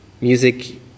music